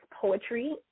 Poetry